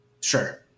Sure